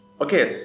okay